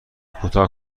کوتاه